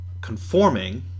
conforming